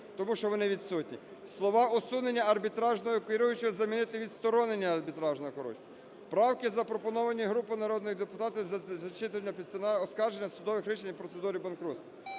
тому що вони відсутні. Слова "усунення арбітражного керуючого" замінити "відсторонення арбітражного керуючого". Правки, запропоновані групою народних депутатів для зачитання під стенограму: "Оскарження судових рішень в процедурі банкрутства.